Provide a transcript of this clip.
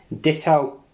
ditto